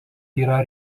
yra